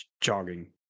jogging